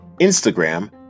Instagram